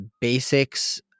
basics